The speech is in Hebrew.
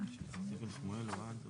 סליחה.